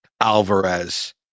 Alvarez